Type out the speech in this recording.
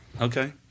Okay